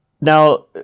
Now